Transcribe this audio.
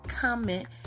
comment